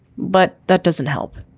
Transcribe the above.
but that doesn't help.